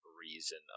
reason